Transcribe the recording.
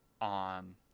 on